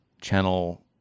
channel